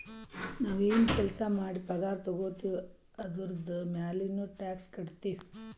ನಾವ್ ಎನ್ ಕೆಲ್ಸಾ ಮಾಡಿ ಪಗಾರ ತಗೋತಿವ್ ಅದುರ್ದು ಮ್ಯಾಲನೂ ಟ್ಯಾಕ್ಸ್ ಕಟ್ಟತ್ತಿವ್